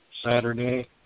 Saturday